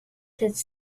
cette